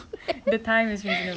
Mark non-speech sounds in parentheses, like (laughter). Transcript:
(laughs)